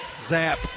Zap